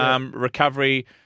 Recovery